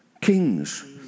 Kings